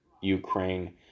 Ukraine